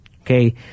Okay